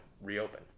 reopen